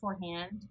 beforehand